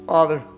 Father